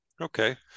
Okay